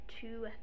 two